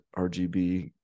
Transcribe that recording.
RGB